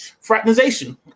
fraternization